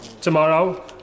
Tomorrow